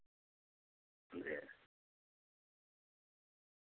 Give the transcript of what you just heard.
جی